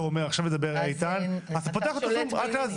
רק אז אתה פותח את ה-זום.